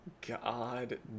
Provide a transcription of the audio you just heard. God